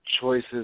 choices